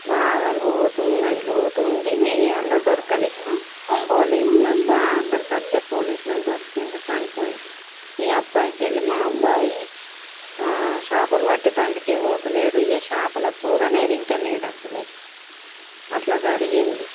బాగా లోతు ఉంది లోతు ఉండి అలా దొరకలేదు పోలీసులకు ఆఖరికైతే పోలీసులకు దొరికాడు చనిపోయి ఇక అప్పటి నుండి మా అబ్బాయి చేపులు పట్టేటందుకు పోవడం లేదు ఇక చేపల కూరనే తినడం లేదు అసలే అలా జరిగింది